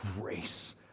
grace